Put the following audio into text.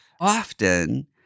often